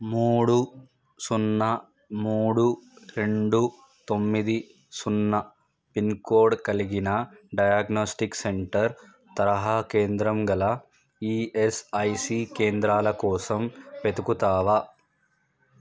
మూడు సున్న మూడు రెండు తొమ్మిది సున్న పిన్ కోడ్ కలిగిన డయాగ్నోస్టిక్ సెంటర్ తరహా కేంద్రం గల ఈఎస్ఐసి కేంద్రాల కోసం వెతుకుతావా